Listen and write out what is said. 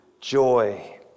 joy